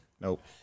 nope